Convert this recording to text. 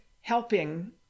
helping